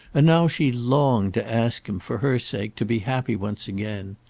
and now she longed to ask him, for her sake, to be happy once again.